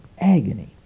agony